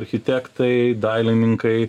architektai dailininkai